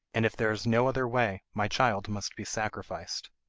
and if there is no other way my child must be sacrificed